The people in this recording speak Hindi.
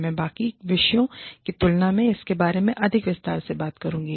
मैं बाकी विषयों की तुलना में इसके बारे में अधिक विस्तार से बात करूंगी